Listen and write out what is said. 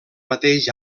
mateix